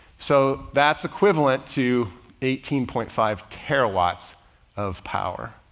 so that's equivalent to eighteen point five terawatts of power.